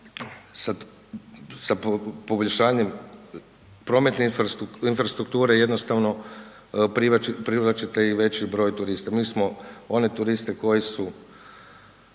sa poboljšanjem prometne infrastrukture jednostavno privlačite i veći broj turista. Mi smo one turiste koji su,